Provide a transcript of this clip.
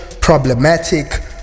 problematic